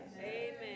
Amen